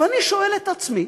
אני שואל את עצמי,